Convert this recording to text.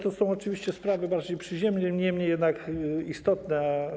To są oczywiście sprawy raczej przyziemne, niemniej jednak istotne.